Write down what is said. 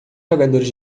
jogadores